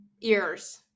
ears